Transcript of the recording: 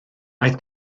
aeth